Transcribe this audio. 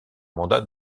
mandat